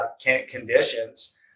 conditions